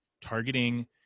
targeting